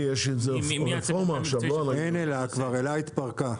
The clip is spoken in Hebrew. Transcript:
אל"ה התפרקה.